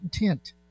intent